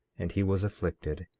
and he was afflicted,